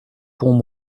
pont